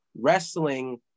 Wrestling